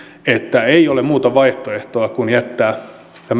että ei ole muuta vaihtoehtoa kuin jättää